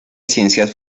ciencias